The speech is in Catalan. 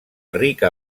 rica